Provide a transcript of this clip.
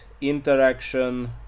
interaction